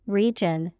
region